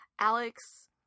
Alex